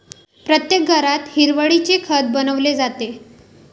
प्रत्येक घरात हिरवळीचे खत बनवले जाते